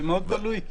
זה מאוד תלוי.